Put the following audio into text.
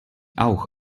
auch